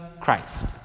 Christ